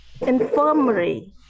infirmary